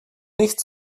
nicht